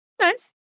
Nice